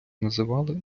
називали